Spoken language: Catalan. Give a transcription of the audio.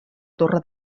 torre